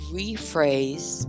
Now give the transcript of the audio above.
rephrase